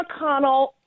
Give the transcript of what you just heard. McConnell